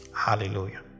hallelujah